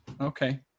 Okay